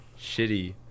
shitty